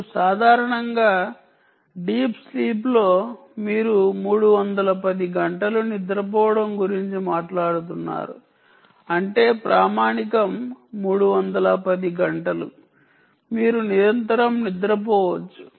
మరియు సాధారణంగా deep sleep లో మీరు 310 గంటలు నిద్రపోవడం గురించి మాట్లాడుతున్నారు అంటే ప్రామాణికం 310 గంటలు ఇది నిరంతరం నిద్రపోవచ్చు